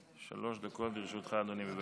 שלוש דקות לרשותך, אדוני, בבקשה.